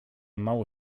mało